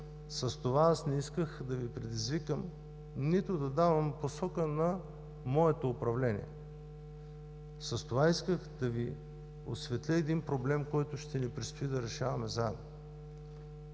с това аз не исках да Ви предизвикам, нито да давам посока на моето управление. С това исках да Ви осветля един проблем, който ще ни предстои да решаваме заедно.